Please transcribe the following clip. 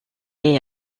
est